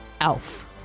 Alf